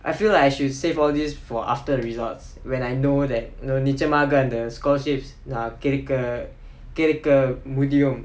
I feel like I should save all these for after results when I know that நிஜமாக அந்த:nijamaaga antha scholarships கிடைக்க கிடைக்க முடியும்:kidaikka kidaikka mudiyum